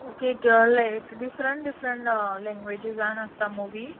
okay different different लॅंगवेजिजान आसता movie